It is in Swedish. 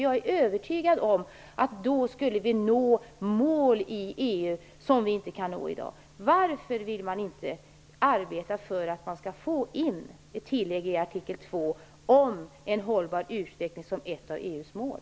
Jag är övertygad om att vi då skulle nå mål i EU som vi inte kan nå i dag. Varför vill man inte arbeta för att ta in ett tillägg i artikel 2 om en hållbar utveckling som ett av EU:s mål?